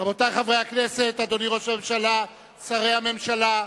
רבותי חברי הכנסת, אדוני ראש הממשלה, שרי הממשלה,